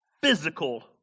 physical